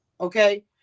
okay